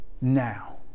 now